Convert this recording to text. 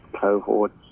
cohorts